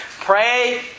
Pray